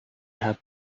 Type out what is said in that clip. had